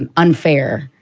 um unfair,